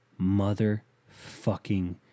motherfucking